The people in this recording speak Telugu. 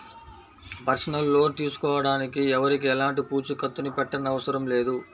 పర్సనల్ లోన్ తీసుకోడానికి ఎవరికీ ఎలాంటి పూచీకత్తుని పెట్టనవసరం లేదు